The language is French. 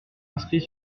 inscrit